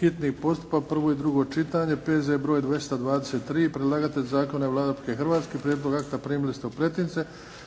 hitni postupak, prvo i drugo čitanje, P.Z. br. 223 Predlagatelj zakona je Vlada Republike Hrvatske. Prijedlog akta primili ste u pretince.